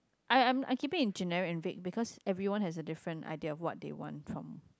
I am I keeping in generic and vague because everyone has a different idea what they want from